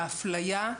האפליה,